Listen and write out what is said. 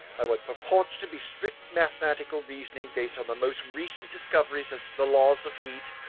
by what purports to be strict mathematical reasoning based on the most recent discoveries as to the laws of heat,